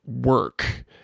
work